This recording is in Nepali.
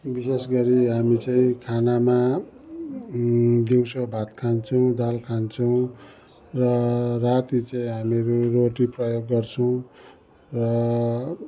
विशेष गरी हामी चाहिँ खानामा दिउँसो भात खान्छु दाल खान्छु र राति चाहिँ हामी रोटी प्रयोग गर्छौँ र